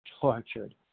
tortured